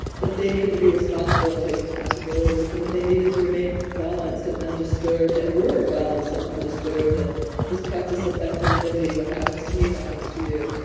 that they needed to be responsible and take responsibilities and that they needed to remain balanced and undisturbed and were balanced and undisturbed. and this practice of equanimity, what happens to me happens to you,